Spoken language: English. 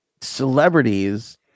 Celebrities